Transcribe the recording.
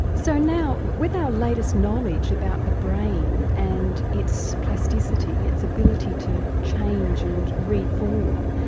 so now, with our latest knowledge about the brain and its plasticity, its ability to change and re-form,